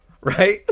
right